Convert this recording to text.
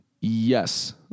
Yes